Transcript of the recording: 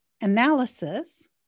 analysis